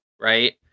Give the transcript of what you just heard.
right